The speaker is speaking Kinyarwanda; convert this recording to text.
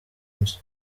nzu